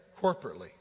corporately